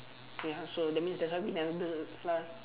ya so that means there's lah